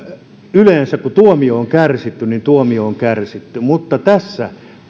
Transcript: yleensä tuomio on kärsitty kun tuomio on kärsitty niin tässä